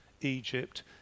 Egypt